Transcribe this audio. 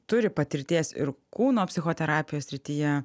turi patirties ir kūno psichoterapijos srityje